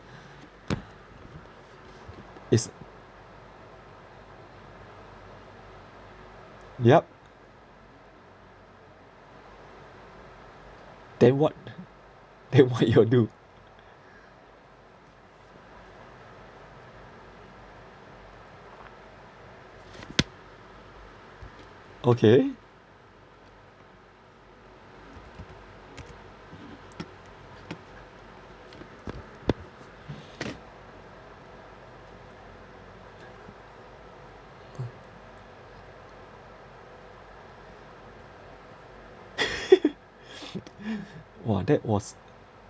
is yup then what then what you all do okay !wah! that was